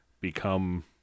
become